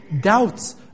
doubts